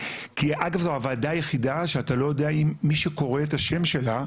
כי אגב זו הוועדה היחידה שאתה לא יודע אם מי שקרוא את השם שלה,